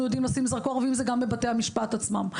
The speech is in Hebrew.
יודעים לשים עליו את הזרקור ואם זה בבתי המשפט עצמם.